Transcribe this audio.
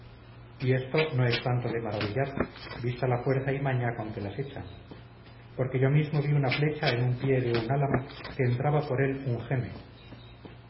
y esto no es tanto de maravillar vista la fuerza y maña con que las echan porque yo mismo vi una flecha en un pie de un álamo que entraba por él un jeme